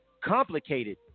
Complicated